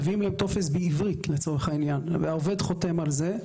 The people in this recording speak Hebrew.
מביאים להם טופס בעברית והעובד חותם על זה.